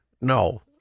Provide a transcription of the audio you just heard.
No